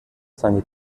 seine